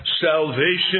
salvation